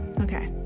Okay